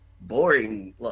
boring